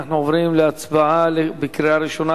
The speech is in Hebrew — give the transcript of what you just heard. אנחנו עוברים להצבעה בקריאה הראשונה.